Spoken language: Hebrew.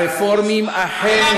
הם מאמינים